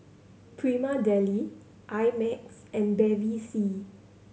Prima Deli I Max and Bevy C